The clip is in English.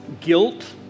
guilt